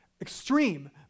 Extreme